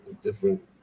different